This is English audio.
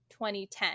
2010